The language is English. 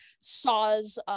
Saw's